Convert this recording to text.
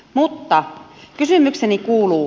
mutta kysymykseni kuuluu